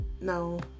No